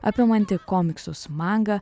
apimanti komiksus mangą